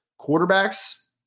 quarterbacks